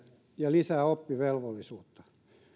lisää oppivelvollisuutta